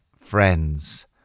friends